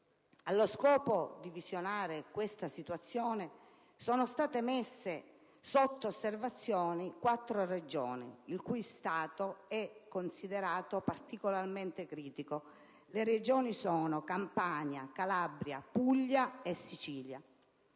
Allo scopo di visionare questa situazione sono state messe sotto osservazione quattro Regioni il cui stato è considerato particolarmente critico: Campania, Calabria, Puglia e Sicilia.